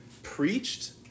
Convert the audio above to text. preached